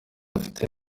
afite